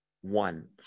one